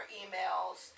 emails